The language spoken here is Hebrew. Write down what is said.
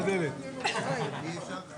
הישיבה